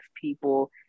people